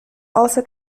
also